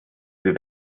wir